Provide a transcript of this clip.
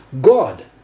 God